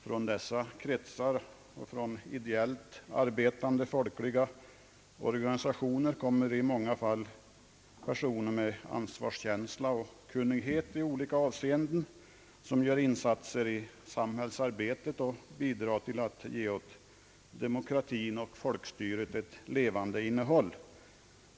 Från dessa kretsar och från ideellt arbetande folkliga organisationer kommer i många fall personer med ansvarskänsla och kunnighet i olika avseenden, vilka gör insatser i samhällsarbetet och bidrar till att åt demokratin och folkstyret ge ett levande innehåll.